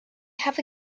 have